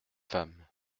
femme